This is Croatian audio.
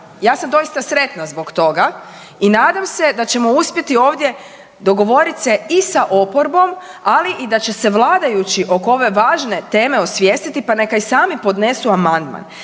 ja sam doista sretna zbog toga i nadam se da ćemo uspjeti ovdje dogovorit se i sa oporbom, ali i da će se vladajući oko ove važne teme osvijestiti, pa neka i sami podnesu amandman